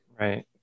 Right